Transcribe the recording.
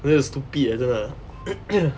有点 stupid leh 真的